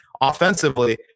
offensively